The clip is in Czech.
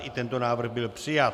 I tento návrh byl přijat.